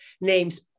names